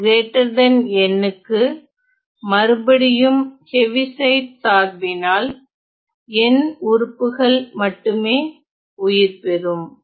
t n க்கு மறுபடியும் Heaviside சார்பினால் n உறுப்புகள் மட்டுமே உயிர்பெறும்